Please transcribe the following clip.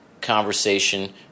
conversation